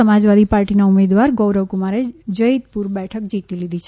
સમાજવાદી પાર્ટીના ઉમેદવાર ગૌરવ કુમારે જથીદપુર બેઠક જીતી છે